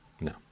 No